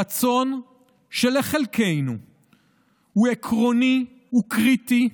רצון שלחלקנו הוא עקרוני, הוא קריטי,